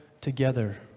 together